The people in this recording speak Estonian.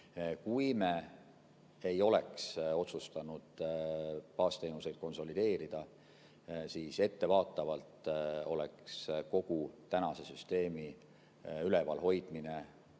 Kui me ei oleks otsustanud baasteenuseid konsolideerida, siis ettevaatavalt oleks kogu tänase süsteemi üleval hoidmine